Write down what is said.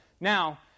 Now